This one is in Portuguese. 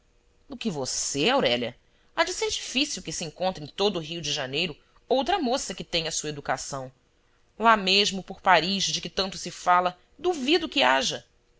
do que você aurélia há de ser difícil que se encontre em todo o rio de janeiro outra moça que tenha sua educação lá mesmo por paris de que tanto se fala duvido que haja